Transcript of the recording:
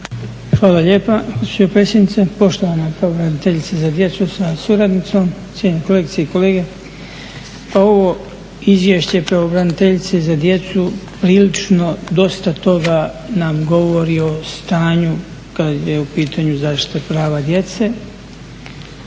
Hvala lijepa gospođo potpredsjednice. Poštovana pravobraniteljice za djecu sa suradnicom, cijenjene kolegice i kolege. Pa ovo izvješće pravobraniteljice za djecu prilično dosta toga nam govori o stanju kad je u pitanju zaštita prava djece,